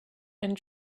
and